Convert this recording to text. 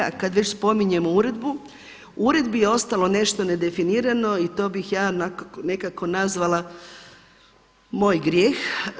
A kada već spominjemo uredbu, u uredbi je ostalo nešto nedefinirano i to bih ja nekako nazvala moj grijeh.